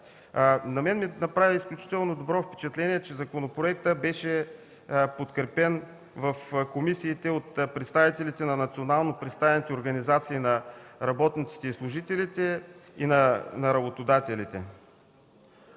На мен ми направи изключително добро впечатление, че законопроектът беше подкрепен в комисиите от представителите на национално представените организации на работниците и служителите и на работодателите.